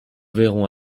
verrons